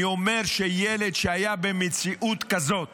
אני אומר שילד שהיה במציאות כזאת